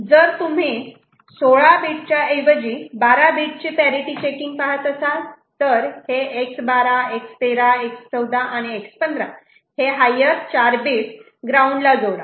जर तुम्ही 16 बीट ऐवजी 12 बीट पॅरिटि चेकिंग पहात असाल तर हे X12 X13 X14 X15 higher 4 bit ground ला जोडा